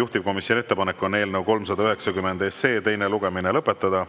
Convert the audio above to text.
juhtivkomisjoni ettepanek on eelnõu 390 teine lugemine lõpetada.